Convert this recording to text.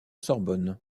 sorbonne